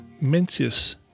Mencius